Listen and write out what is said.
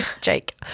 Jake